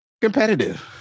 competitive